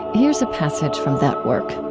here's a passage from that work